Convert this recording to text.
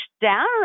down